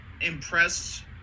impressed